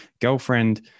girlfriend